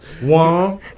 One